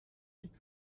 nicht